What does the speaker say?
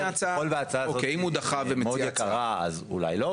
ככל שההצעה הזאת היא מאוד יקרה, אז אולי לא.